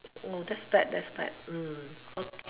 that's bad that's bad okay